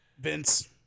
vince